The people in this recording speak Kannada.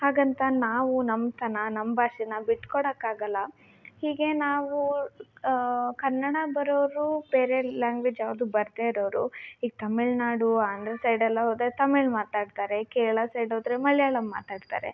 ಹಾಗಂತ ನಾವು ನಮ್ಮತನ ನಮ್ಮ ಭಾಷೆ ನಾವು ಬಿಟ್ಟುಕೊಡಕ್ಕಾಗಲ್ಲ ಹೀಗೆ ನಾವು ಕನ್ನಡ ಬರೋರು ಬೇರೆ ಲ್ಯಾಂಗ್ವೇಜ್ ಯಾವುದು ಬರದೆ ಇರೋರು ಈಗ ತಮಿಳುನಾಡು ಆಂಧ್ರ ಸೈಡ್ ಎಲ್ಲ ಹೋದ್ರೆ ತಮಿಳು ಮಾತಾಡ್ತಾರೆ ಕೇರಲ ಸೈಡ್ ಹೋದ್ರೆ ಮಲಯಾಳಂ ಮಾತಾಡ್ತಾರೆ